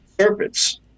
serpents